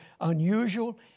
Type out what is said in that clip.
unusual